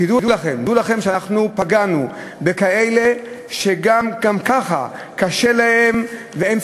תדעו לכם שאנחנו פגענו בכאלה שגם ככה קשה להם וגם ככה